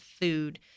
food